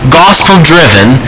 gospel-driven